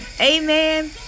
Amen